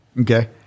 Okay